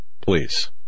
Please